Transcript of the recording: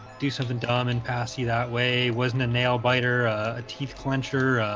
do something dom and pasi that way wasn't a nail-biter a teeth clincher